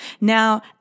Now